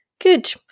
Good